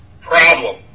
problem